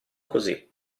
così